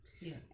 Yes